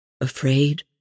afraid